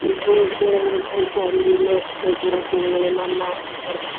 ଭୋ ବେଳେବେଳେ ବହୁତ ଟାଇମ୍ ବି ମୁଁ ରୋଷେଇ କରେ ବେଳେବେଳେ ମାମା କରନ୍ତି